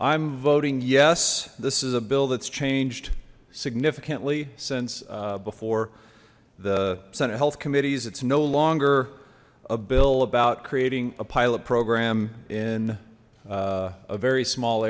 i'm voting yes this is a bill that's changed significantly since before the senate health committees it's no longer a bill about creating a pilot program in a very small